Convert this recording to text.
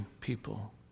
people